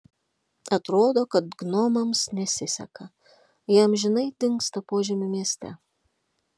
atrodo kad gnomams nesiseka jie amžinai dingsta požemių mieste